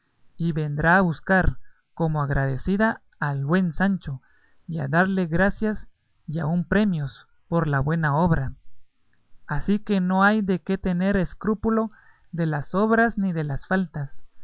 y vendrá a buscar como agradecida al buen sancho y a darle gracias y aun premios por la buena obra así que no hay de qué tener escrúpulo de las sobras ni de las faltas